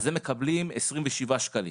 אז הם מקבלים 27 שקלים.